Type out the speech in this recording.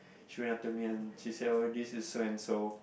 she went up to me and she said oh this is so and so